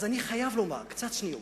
אז אני חייב לומר, קצת צניעות.